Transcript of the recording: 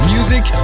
Music